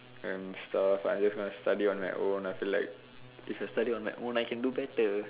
and stuff I just want to study on my own I feel like if I study on my own I can do better